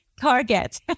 target